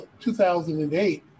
2008